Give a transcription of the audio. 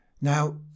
now